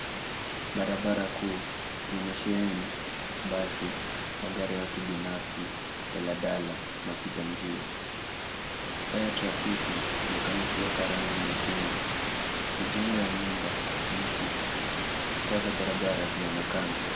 Barabara kuu imesheheni basi, magari ya kibinafsi daladala wapita njia. Taa ya trafiki inaonekana ikiwaka nyekundu mijengo ya nyumba , miti, taa za barabarani zinaonekana.